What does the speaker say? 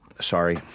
sorry –